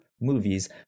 movies